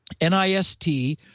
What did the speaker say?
NIST